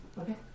okay